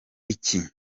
iki